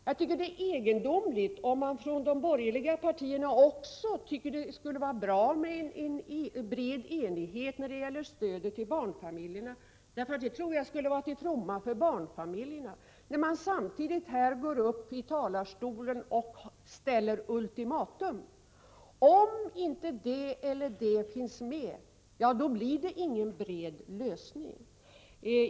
Jag tycker det är egendomligt att de borgerliga partierna säger sig anse att det skulle vara bra med en bred enighet i fråga om stödet till barnfamiljerna — för det tror jag skulle vara till fromma för dessa familjer — men samtidigt från talarstolen ställer ultimatum: Om inte det eller det finns med, då blir det ingen bred lösning.